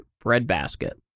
breadbasket